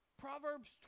Proverbs